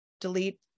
delete